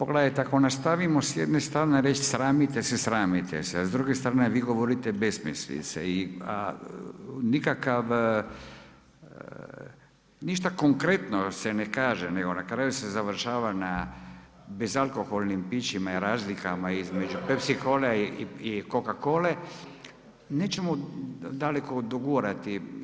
Pogledajte, ako nastavimo s jedne strane reći sramite se, sramite se a s druge strane vi govorite besmislice a nikakav, ništa konkretno se ne kaže nego na kraju se završava na bezalkoholnim pićima i razlikama između Pepsi cole i Coca cole, nećemo daleko dogurati.